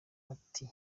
ati